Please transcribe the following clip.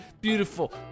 beautiful